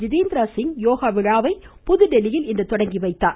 ஜிதேந்திர சிங் யோகா விழாவை புதுதில்லியில் இன்று தொடங்கிவைத்தார்